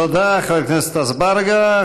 תודה, חבר הכנסת אזברגה.